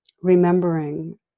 remembering